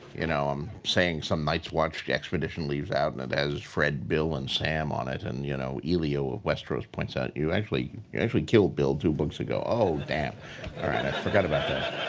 you know i'm saying some night's watch expedition leaves out and it has fred, bill, and sam on it. and you know elio of westeros points out you actually you actually killed bill two books ago. oh, damn. i forgot about that.